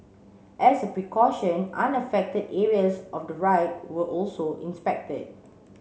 as a precaution unaffected areas of the ride were also inspected